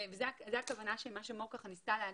זה הכוונה, מה שמור ניסתה להגיד.